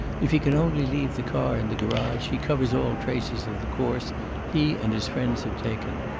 if he can only leave the car in the garage he covers all traces of the course he and his friends have taken.